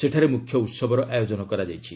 ସେଠାରେ ମ୍ରଖ୍ୟ ଉତ୍ସବର ଆୟୋଜନ କରାଯାଇଛି